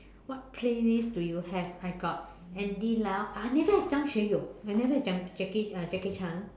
what playlist do you have I got Andy Lau I never have Zhang-Xue-You I never have Jacky uh Jacky Cheung